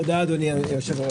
תודה, אדוני היושב-ראש.